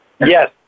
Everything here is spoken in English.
Yes